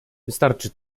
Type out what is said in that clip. wystarczy